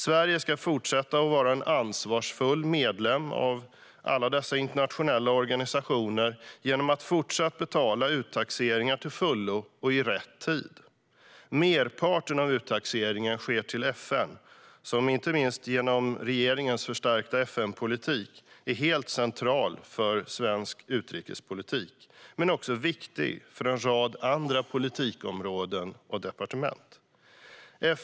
Sverige ska fortsätta vara en ansvarsfull medlem av alla dessa internationella organisationer genom att fortsatt betala uttaxeringar till fullo och i rätt tid. Merparten av uttaxeringen sker till FN, som inte minst genom regeringens förstärkta FN-politik är helt central för svensk utrikespolitik. FN är dock även viktig för en rad andra politikområden och departement.